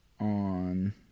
on